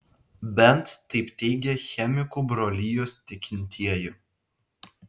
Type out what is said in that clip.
bent taip teigia chemikų brolijos tikintieji